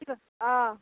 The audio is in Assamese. অঁ